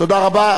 תודה רבה.